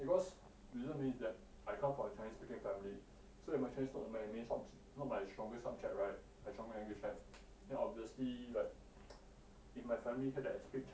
because you know me is that I come from a chinese speaking family so my chinese not my main not my strongest subject right my stronger language right then obviously like in my family hear that I speak chinese right